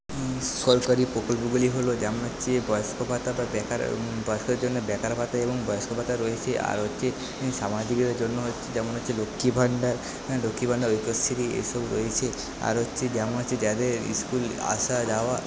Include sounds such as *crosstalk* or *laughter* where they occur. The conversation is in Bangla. সরকারি প্রকল্পগুলি হল যেমন হচ্ছে বয়স্ক ভাতা বা বেকার বয়স্কদের জন্য বেকার ভাতা এবং বয়স্ক ভাতা রয়েছে আর হচ্ছে সামাজিকদের জন্য হচ্ছে যেমন হচ্ছে লক্ষ্মী ভান্ডার লক্ষ্মী ভান্ডার *unintelligible* এইসব রয়েছে আর হচ্ছে যেমন হচ্ছে যাদের ইস্কুল আসা যাওয়া